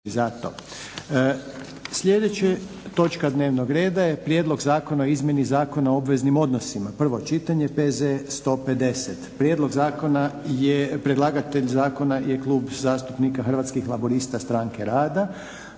Sljedeća točka dnevnog reda je - Prijedlog zakona o izmjeni Zakona o obveznim odnosima, prvo čitanje, PZ br. 150 Predlagatelj zakona je Klub zastupnika Hrvatskih laburista-Stranke rada.